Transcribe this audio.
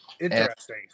interesting